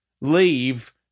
leave